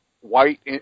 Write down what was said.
white